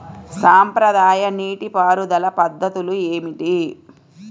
సాంప్రదాయ నీటి పారుదల పద్ధతులు ఏమిటి?